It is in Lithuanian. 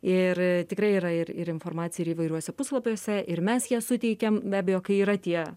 ir tikrai yra ir ir informacija ir įvairiuose puslapiuose ir mes ją suteikiam be abejo kai yra tie